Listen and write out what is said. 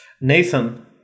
Nathan